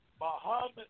Muhammad